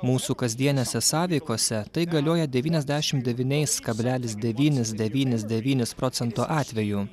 mūsų kasdienėse sąveikose tai galioja devyniasdešim devyniais kablelis devynis devynis devynis procento atvejų